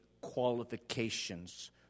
qualifications